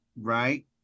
right